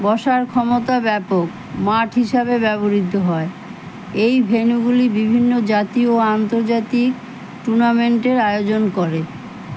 বসার ক্ষমতা ব্যাপক মাঠ হিসাবে ব্যবহৃত হয় এই ভেন্যুগুলি বিভিন্ন জাতীয় ও আন্তর্জাতিক টুর্নামেন্টের আয়োজন করে